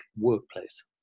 workplace